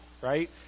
right